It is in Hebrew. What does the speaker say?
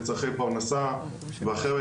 לצרכי פרנסה ואחרת,